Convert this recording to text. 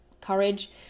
courage